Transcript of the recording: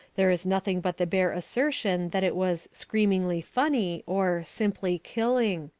there is nothing but the bare assertion that it was screamingly funny or simply killing.